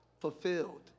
fulfilled